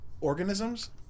organisms